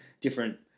different